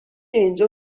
اینجا